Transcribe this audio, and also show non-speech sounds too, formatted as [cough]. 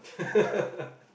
[laughs]